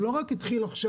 זה לא התחיל רק עכשיו,